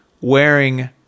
wearing